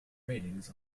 ratings